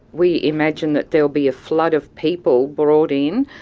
we imagine that there will be a flood of people brought in,